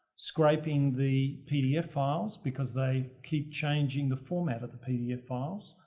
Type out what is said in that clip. scraping the pdf files, because they keep changing the format of the pdf files,